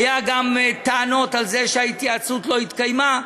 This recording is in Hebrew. היו גם טענות על זה שהתייעצות לא התקיימה,